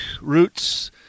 roots